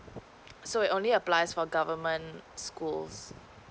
so it only applies for government schools